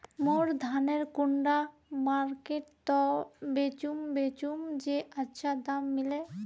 मोर धानेर कुंडा मार्केट त बेचुम बेचुम जे अच्छा दाम मिले?